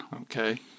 Okay